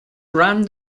ran